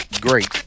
great